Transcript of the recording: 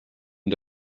und